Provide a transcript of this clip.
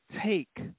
take